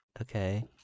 Okay